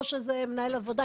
או שזה מנהל עבודה,